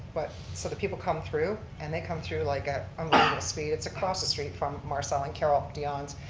but so the people come through and they come through like ah um um speed. it's across the street from marcel and carol deant, ah and